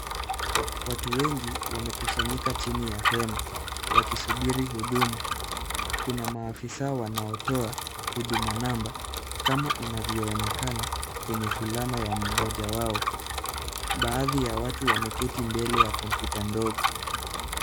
Watu wengi wamekusanyika chini ya hema wakisubiri huduma. Kuna maafisa wanaotoa huduma namba kama inavyo onekana kwenye fulana ya mmoja wao. Baadhi ya watu wameketi mbele ya kompyuta ndogo.